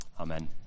Amen